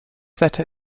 wetter